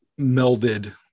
melded